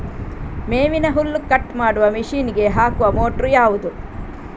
ಮೇವಿನ ಹುಲ್ಲು ಕಟ್ ಮಾಡುವ ಮಷೀನ್ ಗೆ ಹಾಕುವ ಮೋಟ್ರು ಯಾವುದು?